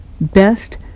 best